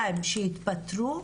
200 שיתפטרו.